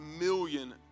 million